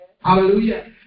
Hallelujah